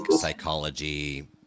psychology